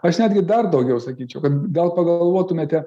aš netgi dar daugiau sakyčiau kad gal pagalvotumėte